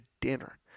dinner